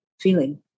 feeling